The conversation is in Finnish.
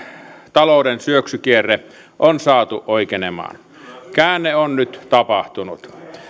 talouden syöksykierre on saatu oikenemaan käänne on nyt tapahtunut